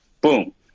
Boom